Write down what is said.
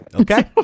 Okay